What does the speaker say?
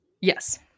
Yes